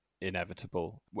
inevitable